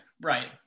right